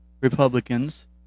Republicans